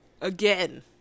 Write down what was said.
again